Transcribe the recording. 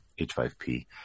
H5P